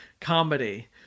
comedy